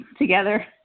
together